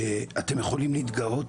שאתם יכולים להתגאות